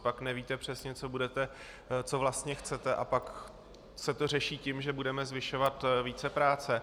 Pak nevíte přesně, co vlastně chcete, a pak se to řeší tím, že budeme zvyšovat vícepráce.